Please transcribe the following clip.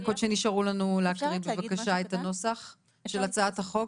בדקות שנשארו לנו להקריא בבקשה את הנוסח של הצעת החוק.